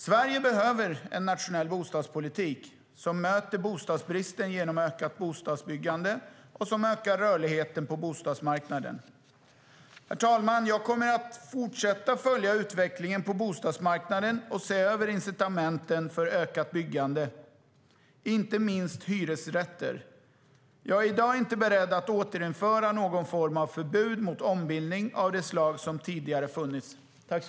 Sverige behöver en nationell bostadspolitik som möter bostadsbristen genom ökat bostadsbyggande och som ökar rörligheten på bostadsmarknaden. Herr talman! Jag kommer att fortsätta följa utvecklingen på bostadsmarknaden och se över incitamenten för ökat byggande, inte minst hyresrätter. Jag är i dag inte beredd att återinföra någon form av förbud mot ombildning av de slag som tidigare funnits.